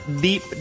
deep